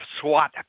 SWAT